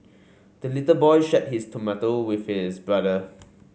the little boy shared his tomato with his brother